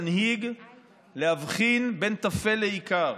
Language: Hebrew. במשבר מסוג זה היא היכולת של מנהיג להבחין בין טפל לעיקר,